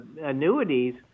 annuities